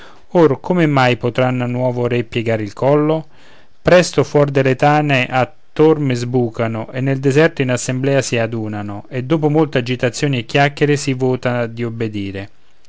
or come mai potranno a nuovo re piegare il collo presto fuor delle tane a torme sbucano e nel deserto in assemblea si adunano e dopo molta agitazione e chiacchiere si vota di obbedire